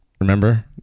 Remember